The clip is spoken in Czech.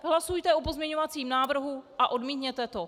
Hlasujte o pozměňovacím návrhu a odmítněte to.